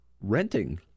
renting